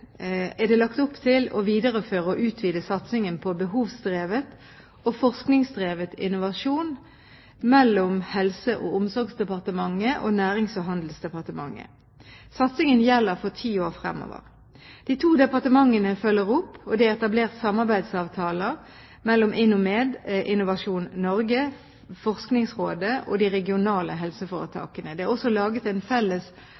er det lagt opp til å videreføre og utvide satsingen på behovsdrevet og forskningsdrevet innovasjon mellom Helse- og omsorgsdepartementet og Nærings- og handelsdepartementet. Satsingen gjelder for ti år fremover. De to departementene følger opp, og det er etablert samarbeidsavtaler mellom InnoMed, Innovasjon Norge, Forskningsrådet og de regionale helseforetakene. Det er også laget en felles